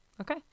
Okay